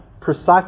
precisely